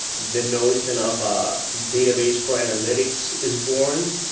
the notion of a database for analytics is born.